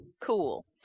Cool